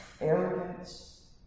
arrogance